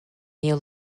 new